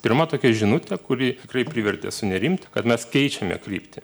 pirma tokia žinutė kuri tikrai privertė sunerimti kad mes keičiame kryptį